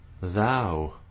Thou